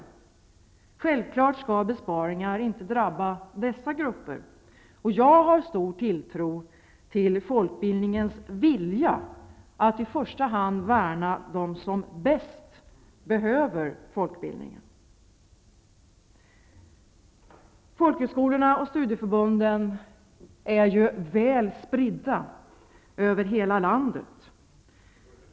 Det är självklart att besparingar inte skall drabba dessa grupper, och jag har stor tilltro till folkbildningens vilja att i första hand värna dem som bäst behöver folkbildningen. Folkhögskolorna och studieförbunden är väl spridda över hela landet.